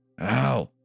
Ow